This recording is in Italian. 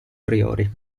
priori